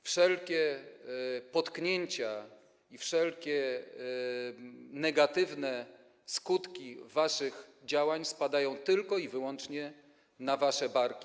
Wszelkie potknięcia i wszelkie negatywne skutki waszych działań spadają tylko i wyłącznie na wasze barki.